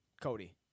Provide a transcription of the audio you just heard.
Cody